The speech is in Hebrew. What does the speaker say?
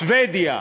שבדיה.